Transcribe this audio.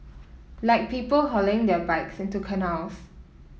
like people hurling their bikes into canals